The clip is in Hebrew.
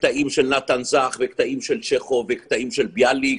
קטעים של נתן זך וקטעים של צ'כוב וקטעים של ביאליק,